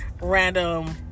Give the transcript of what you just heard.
random